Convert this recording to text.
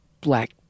black